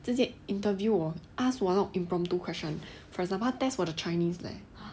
直接 interview 我 ask 我那种 impromptu question for example test 我 the chinese leh